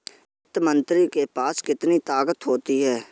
वित्त मंत्री के पास कितनी ताकत होती है?